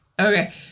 Okay